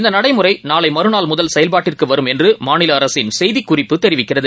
இந்தநடைமுறைநாளைமறுநாள் முதல் செயல்பாட்டிற்குவரும் என்றுமாநிலஅரசின் செய்திக் குறிப்பு தெரிவிக்கிறது